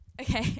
Okay